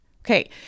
Okay